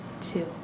Two